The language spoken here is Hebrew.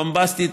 בומבסטית,